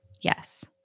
Yes